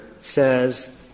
says